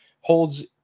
Holds